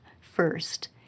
first